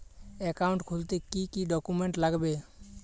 Account খুলতে কি কি ডকুমেন্ট লাগবে?